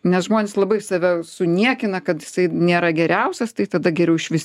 nes žmonės labai save suniekina kad jisai nėra geriausias tai tada geriau išvis